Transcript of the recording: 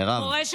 מרב.